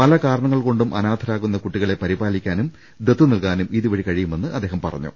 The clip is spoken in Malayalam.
പല കാരണ ങ്ങൾകൊണ്ടും അനാഥരാകുന്ന കുട്ടികളെ പരിപാലിക്കാനും ദത്ത് നൽകാനും ഇതുവഴി കഴിയുമെന്ന് അദ്ദേഹം പറഞ്ഞു